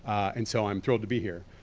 and so i'm thrilled to be here.